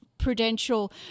prudential